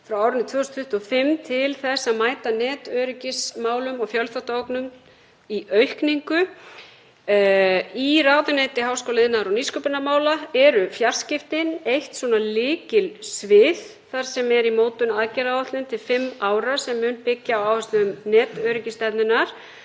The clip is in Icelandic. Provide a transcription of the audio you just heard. frá árinu 2025 til að mæta netöryggismálum og fjölþáttaógnum. Í ráðuneyti háskóla-, iðnaðar- og nýsköpunarmála eru fjarskiptin eitt lykilsvið þar sem er í mótun aðgerðaáætlun til fimm ára sem mun byggja á áherslum netöryggisstefnunnar.